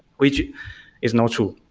which is not true.